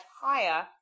higher